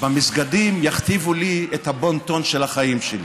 במסגדים יכתיבו לי את הבון-טון של החיים שלי.